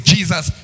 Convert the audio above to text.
Jesus